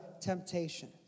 temptation